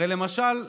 הרי, למשל,